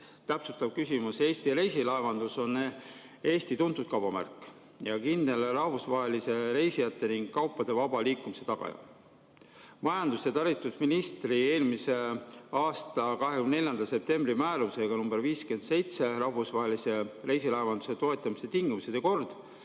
täpsustav küsimus. Eesti reisilaevandus on Eesti tuntud kaubamärk ja kindel rahvusvahelise reisijate ja kaupade vaba liikumise tagaja. Majandus- ja taristuministri eelmise aasta 24. septembri määrusega nr 57 "Rahvusvahelise reisilaevanduse toetamise tingimused ja kord"